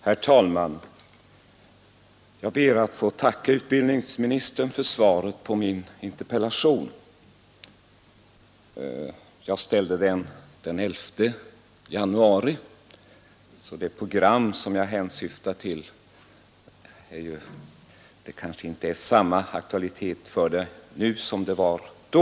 Herr talman! Jag ber att få tacka utbildningsministern för svaret på min interpellation. Jag framställde interpellationen den 11 januari, så det program som jag hänsyftar på kanske inte har samma aktualitet nu som Nr 58 det hade då.